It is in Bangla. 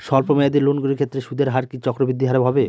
স্বল্প মেয়াদী লোনগুলির ক্ষেত্রে সুদের হার কি চক্রবৃদ্ধি হারে হবে?